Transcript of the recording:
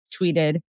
tweeted